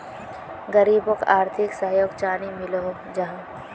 गरीबोक आर्थिक सहयोग चानी मिलोहो जाहा?